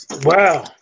Wow